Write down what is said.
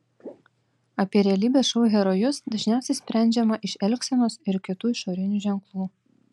apie realybės šou herojus dažniausiai sprendžiama iš elgsenos ir kitų išorinių ženklų